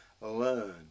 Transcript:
learn